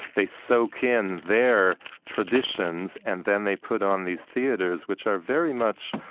they soak in their traditions and then they put on these theaters, which are very much,